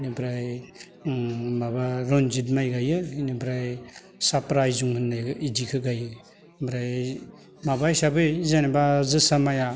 ओमफ्राय ओं माबा रनजित माइ गायो बिनिफ्राय साफ्रा आइजं होननाय इदिखो गायो ओमफ्राय माबा हिसाबै जेनेबा जोसा माइआ